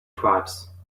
tribes